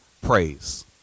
praise